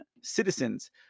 citizens